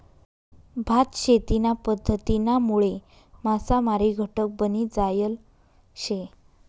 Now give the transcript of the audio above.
भात शेतीना पध्दतीनामुळे मासामारी घटक बनी जायल शे